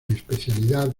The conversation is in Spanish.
especialidad